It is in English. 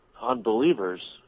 unbelievers